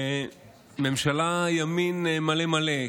ממשלת ימין מלא מלא,